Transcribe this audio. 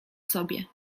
sobie